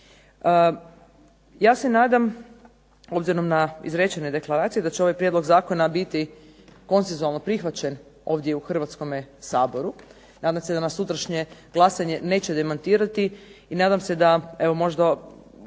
Ja se nadam obzirom na izrečene deklaracije da će ovaj prijedlog zakona biti konsenzualno prihvaćen ovdje u Hrvatskome saboru, nadam se da nas sutrašnje glasanje neće demantirati i nadam se da evo možda